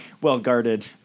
well-guarded